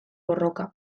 borroka